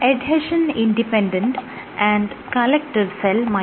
നമസ്കാരം